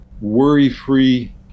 worry-free